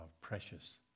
precious